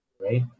right